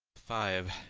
five.